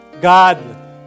God